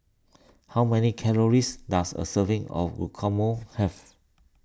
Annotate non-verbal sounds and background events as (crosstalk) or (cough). how many calories does a serving of (unintelligible) have